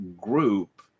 group